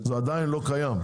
זה עדיין לא קיים,